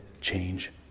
change